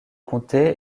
comté